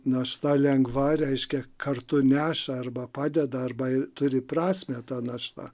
našta lengva reiškia kartu neša arba padeda arba ir turi prasmę ta našta